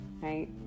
right